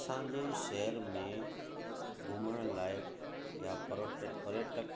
असांजे शहर में घुमण लाइक़ु या पर्वटक पर्यटक